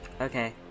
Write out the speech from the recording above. Okay